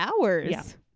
hours